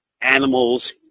animals